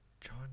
John